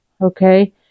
okay